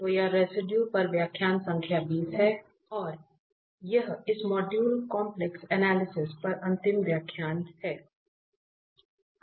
तो यह रेसिडुए पर व्याख्यान संख्या 20 है और यह इस मॉड्यूल कॉम्प्लेक्स एनालिसिस पर अंतिम व्याख्यान है